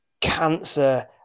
cancer